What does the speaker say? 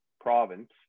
province